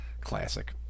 Classic